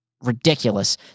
ridiculous